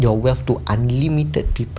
your wealth to unlimited people